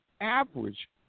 average